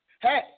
Hey